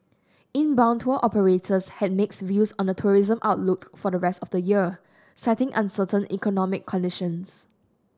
inbound tour operators had mixed views on the tourism outlook for the rest of the year citing uncertain economic conditions